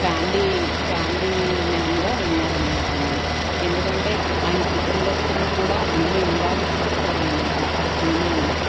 family ఫ్యామిలీమాన్గా ఉన్నారనమాటండి ఎందుకంటే ఆయన కుటుంబస్తులను కూడా అందులో ఇన్వాల్వ్ చేస్తారనమాట ఆ సినిమాల్లో